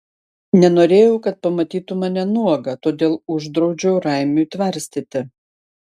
nenorėjau kad pamatytų mane nuogą todėl uždraudžiau raimiui tvarstyti